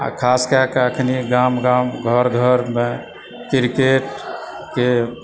आ खास कएकऽ अखन गाँव गाँव घर घरमे क्रिकेटके